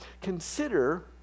consider